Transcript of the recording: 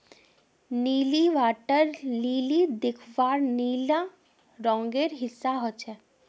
नीली water lily दख्वार नीला रंगेर हिस्सा ह छेक